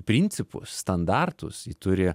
principus standartus ji turi